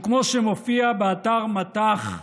כמו שמופיע באתר מטח,